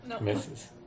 misses